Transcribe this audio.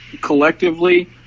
collectively